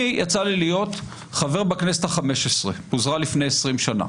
יצא לי להיות חבר בכנסת ה-15 שפוזרה לפני 20 שנה.